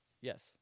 Yes